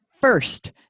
first